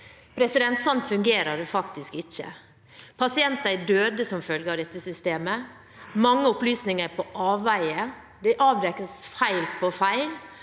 Sånn fungerer det faktisk ikke. Pasienter er døde som følge av dette systemet. Mange opplysninger er på avveie. Det avdekkes feil på feil,